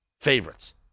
favorites